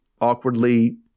awkwardly